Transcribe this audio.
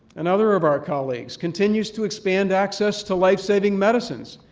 another of our colleagues, continues to expand access to lifesaving medicines.